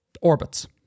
Orbits